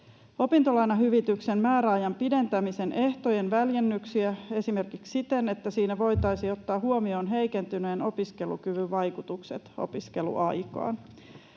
opintolainahyvityksen määräajan pidentämisen ehtojen väljennyksiä esimerkiksi siten, että siinä voitaisiin ottaa huomioon heikentyneen opiskelukyvyn vaikutukset opiskeluaikaan,